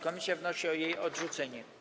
Komisja wnosi o jej odrzucenie.